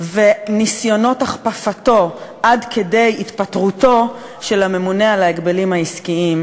וניסיונות הכפפתו עד כדי התפטרותו של הממונה על ההגבלים העסקיים,